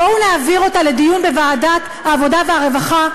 בואו נעביר אותה לדיון בוועדת העבודה והרווחה,